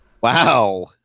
Wow